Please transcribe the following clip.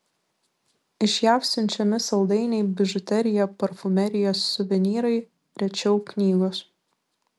iš jav siunčiami saldainiai bižuterija parfumerija suvenyrai rečiau knygos